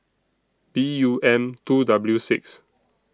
B U M two W six